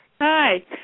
Hi